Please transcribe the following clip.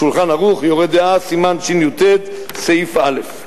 "שולחן ערוך", יורה דעה, סימן שי"ט, סעיף א'.